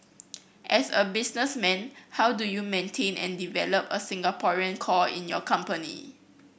as a businessman how do you maintain and develop a Singaporean core in your company